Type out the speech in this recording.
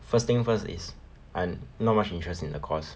first thing first is I not much interest in the course